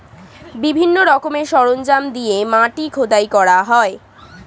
বিভিন্ন রকমের সরঞ্জাম দিয়ে মাটি খোদাই করা হয়